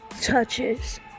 touches